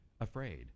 afraid